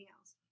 else